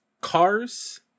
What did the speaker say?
cars